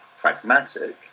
pragmatic